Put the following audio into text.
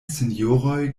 sinjoroj